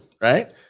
right